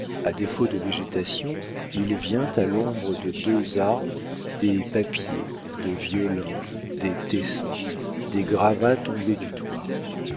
à défaut de végétation il vient à l'ombre de deux arbres des papiers de vieux linges des tessons des gravats tombés du toit